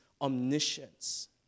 omniscience